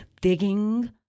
digging